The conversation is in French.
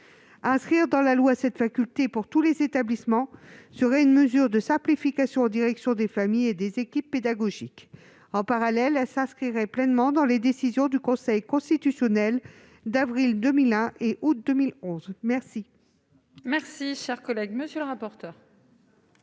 Inscrire dans la loi cette faculté pour tous les établissements serait une mesure de simplification en direction des familles et des équipes pédagogiques. En parallèle, elle s'inscrirait pleinement dans les décisions du Conseil constitutionnel d'avril 2001 et août 2011. Quel est l'avis de la commission de la culture